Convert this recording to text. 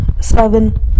seven